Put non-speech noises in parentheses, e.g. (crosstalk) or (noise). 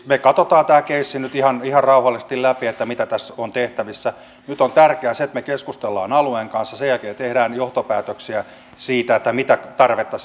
me katsomme tämän keissin nyt ihan ihan rauhallisesti läpi mitä tässä on tehtävissä nyt on tärkeää se että me keskustelemme alueen kanssa sen jälkeen tehdään johtopäätöksiä siitä mitä tarvetta (unintelligible)